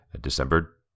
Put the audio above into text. December